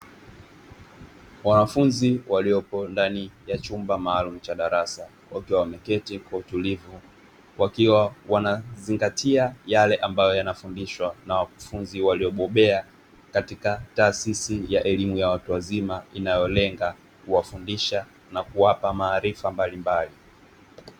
Wanafunzi waliopo ndani ya chumba maalumu cha darasa, wakiwa wameketi kwa utulivu wakiwa wanazingatia yale ambayo yanafundishwa na wakufunzi waliobobea katika taasisi ya elimu ya watu wazima inayolenga kuwafundisha na kuwapa maarifa mbalimbali.